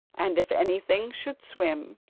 and if anything should swim,